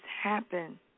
happen